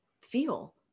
feel